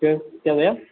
क्या भैया